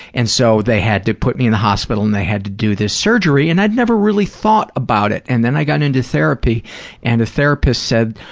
so, they had to put me in the hospital and they had to do this surgery, and i'd never really thought about it, and then i got into therapy and a therapist said,